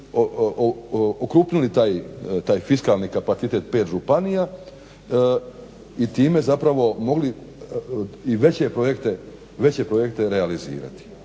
okrupnili taj fiskalni kapacitet 5 županija i time zapravo mogli i veće projekte realizirati